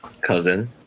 cousin